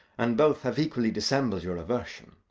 and both have equally dissembled your aversion.